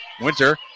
Winter